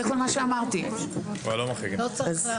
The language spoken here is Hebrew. לא מחריגים.